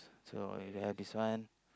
so I only already have this one